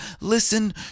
listen